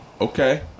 okay